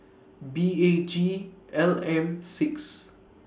B A G L M six